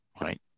right